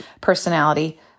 personality